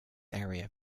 area